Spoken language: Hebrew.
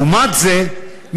לעומת זה,